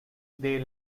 they